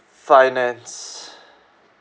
finance